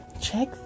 check